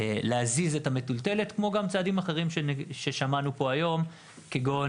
להזיז את המטולטלת כמו גם צעדים ששמענו פה היום כגון: